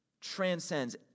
transcends